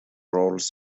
roles